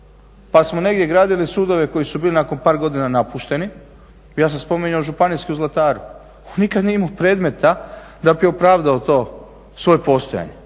Pa smo negdje gradili sudove koji su bili nakon par godina napušteni. Ja sam spominjao županijski u Zlataru, on nikad nije imao predmeta da bi opravdao to svoje postojanje.